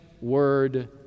word